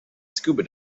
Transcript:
scuba